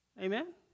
Amen